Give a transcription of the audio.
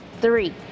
three